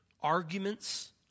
arguments